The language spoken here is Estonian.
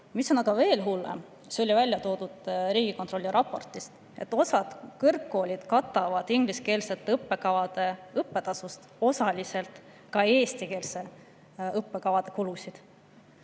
Mis on aga veel hullem, ka see oli välja toodud Riigikontrolli raportis: osa kõrgkoole katab ingliskeelsete õppekavade õppetasust osaliselt ka eestikeelsete õppekavade kulusid.